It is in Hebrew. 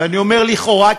ואני אומר לכאורה,